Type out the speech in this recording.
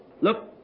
Look